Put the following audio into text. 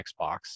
Xbox